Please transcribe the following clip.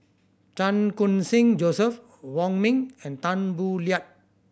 Chan Khun Sing Joseph Wong Ming and Tan Boo Liat